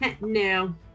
No